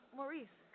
Maurice